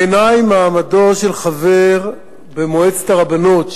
בעיני מעמד של חבר במועצת הרבנות,